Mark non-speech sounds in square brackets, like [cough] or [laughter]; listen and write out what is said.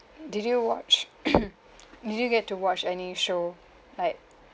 did you watch [coughs] did you get to watch any show like